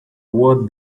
what